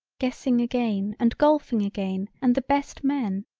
guessing again and golfing again and the best men,